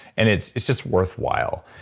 and it's it's just worthwhile.